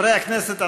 חברי הכנסת,